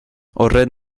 horren